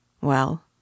Well